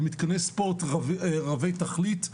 במתקני ספורט רבי תכלית.